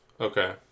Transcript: Okay